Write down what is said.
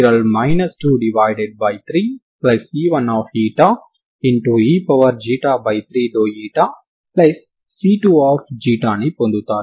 e3dηC2ని పొందుతారు